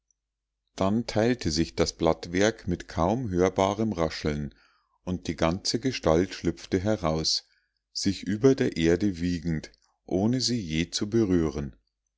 dann teilte sich das blattwerk mit kaum hörbarem rascheln und die ganze gestalt schlüpfte heraus sich über der erde wiegend ohne sie je zu berühren